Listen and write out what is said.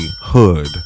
hood